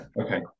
okay